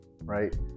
right